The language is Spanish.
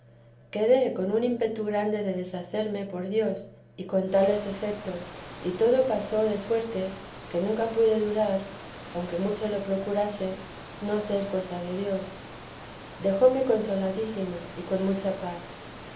quedé con un ímpetu grande de deshacerme por dios y con tales efetos y todo pasó de suerte que nunca pude dudar aunque mucho lo procurase no ser cosa de dios nuestro señor dejóme consoladísima y con mucha paz